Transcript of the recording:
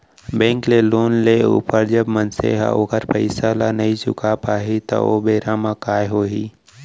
bank ले loan लेय ऊपर जब मनसे ह ओखर पइसा ल नइ चुका पाही त ओ बेरा म काय होही